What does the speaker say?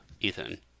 Ethan